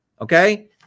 okay